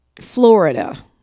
Florida